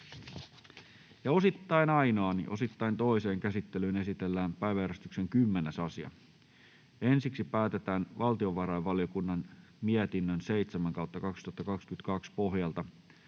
Osittain ainoaan, osittain toiseen käsittelyyn esitellään päiväjärjestyksen 10. asia. Ensin päätetään valtiovarainvaliokunnan mietinnön VaVM 7/2022 vp pohjalta